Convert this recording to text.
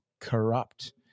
corrupt